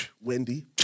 Wendy